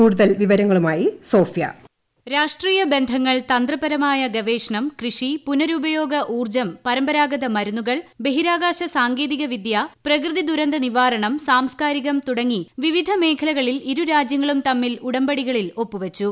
കൂടുതൽ വിവരങ്ങളുമായി സോഫിയി പ്ര രാഷ്ട്രീയ ബന്ധങ്ങൾ ത്രന്തപ്രമായ ഗവേഷണം കൃഷി പുനരുപയോഗ ഊർജ്ജം പ്രിമ്പരാഗത മരുന്നുകൾ ബഹിരാകാശ സാങ്കേതികവിദ്യ പ്രകൃതിദുരന്ത നിവാരണം സാംസ്കാരികം തുടങ്ങി വിവിധ മേഖലകളിൽ ഇരുരാജ്യങ്ങളും തമ്മിൽ ഉടമ്പടികളിൽ ഒപ്പുവച്ചു